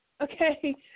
okay